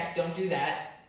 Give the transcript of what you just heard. don't do that.